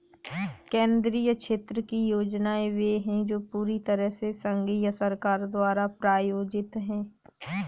केंद्रीय क्षेत्र की योजनाएं वे है जो पूरी तरह से संघीय सरकार द्वारा प्रायोजित है